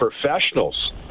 professionals